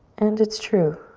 and it's true.